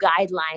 guidelines